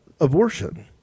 abortion